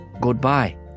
Goodbye